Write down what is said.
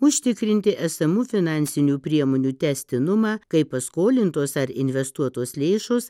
užtikrinti esamų finansinių priemonių tęstinumą kai paskolintos ar investuotos lėšos